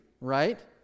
right